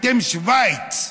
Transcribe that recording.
אתם שווייץ.